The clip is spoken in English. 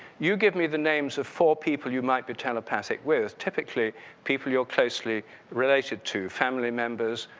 you gave me the names of four people you might be telepathic with, typically people you're closely related to, family members,